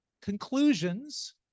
conclusions